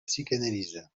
psychanalyse